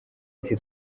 ati